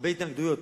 הרבה התנגדויות.